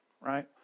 right